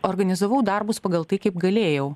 organizavau darbus pagal tai kaip galėjau